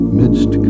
midst